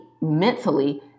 mentally